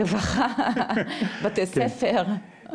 רווחה, בתי ספר.